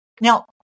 Now